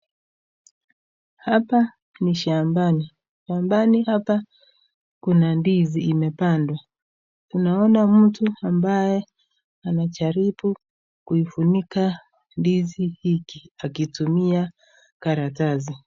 Hapa ni shambani. Shambani hapa kuna ndizi imepandwa. Tunaona mtu ambaye anajaribu kufunika ndizi hiki akitumia karatasi.